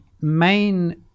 main